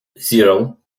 zero